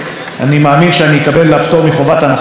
חתום עליה גם חבר הכנסת מיקי זוהר,